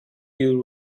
you